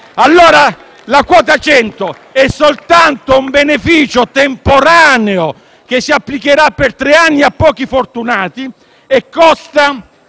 La quota 100 è soltanto un beneficio temporaneo, che si applicherà per tre anni a pochi fortunati e che